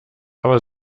aber